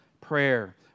prayer